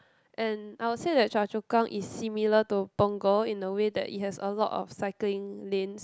and I would say that Choa-Chu-Kang is similar to punggol in a way that it has a lot of cycling lanes